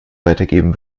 weitergeben